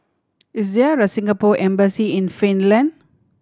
is there a Singapore Embassy in Finland